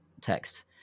text